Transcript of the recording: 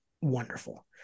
wonderful